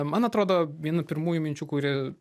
man atrodo viena pirmųjų minčių kuri